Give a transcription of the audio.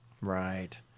Right